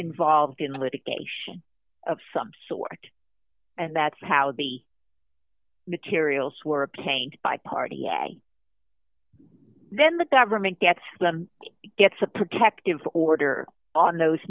involved in the litigation of some sort and that's how the materials were obtained by party a then the government gets them gets a protective order on those